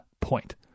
point